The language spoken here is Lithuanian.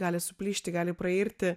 gali suplyšti gali prairti